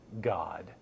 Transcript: God